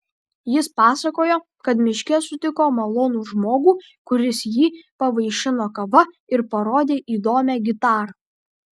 jis pasakojo kad miške sutiko malonų žmogų kuris jį pavaišino kava ir parodė įdomią gitarą